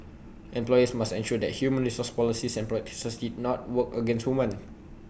employers must ensure that human resource policies and practices not work against women